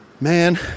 Man